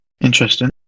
Interesting